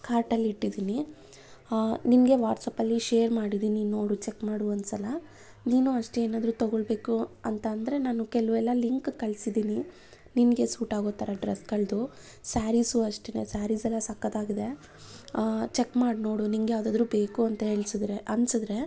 ಕಾರ್ಟಲ್ಲಿ ಇಟ್ಟಿದ್ದೀನಿ ನಿನಗೆ ವಾಟ್ಸ್ಯಾಪಲ್ಲಿ ಶೇರ್ ಮಾಡಿದ್ದೀನಿ ನೋಡು ಚೆಕ್ ಮಾಡು ಒಂದುಸಲ ನೀನು ಅಷ್ಟೆ ಏನಾದ್ರೂ ತಗೊಳ್ಬೇಕು ಅಂತ ಅಂದರೆ ನಾನು ಕೆಲವೆಲ್ಲ ಲಿಂಕ್ ಕಳಿಸಿದ್ದೀನಿ ನಿನಗೆ ಸೂಟಾಗೋ ಥರ ಡ್ರೆಸ್ಗಳದ್ದು ಸ್ಯಾರೀಸು ಅಷ್ಟೇನೆ ಸ್ಯಾರೀಸೆಲ್ಲ ಸಕ್ಕತ್ತಾಗಿದೆ ಚೆಕ್ ಮಾಡಿ ನೋಡು ನಿನಗೆ ಯಾವುದಾದ್ರೂ ಬೇಕು ಅಂತ ಅನ್ನಿಸಿದ್ರೆ ಅನ್ನಿಸಿದ್ರೆ